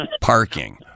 parking